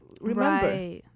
remember